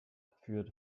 führt